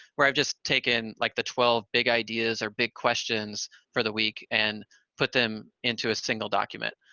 where i've just taken like the twelve big ideas or big questions for the week, and put them into a single document.